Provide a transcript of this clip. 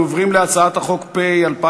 אנחנו עוברים להצעת חוק פ/2406,